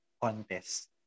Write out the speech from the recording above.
contest